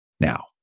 Now